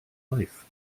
life